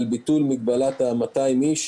על ביטול מגבלת ה-200 איש.